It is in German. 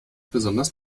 besonders